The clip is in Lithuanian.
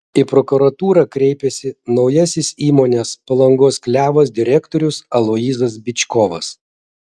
į prokuratūrą kreipėsi naujasis įmonės palangos klevas direktorius aloyzas byčkovas